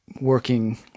working